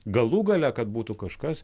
galų gale kad būtų kažkas